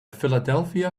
philadelphia